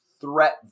Threat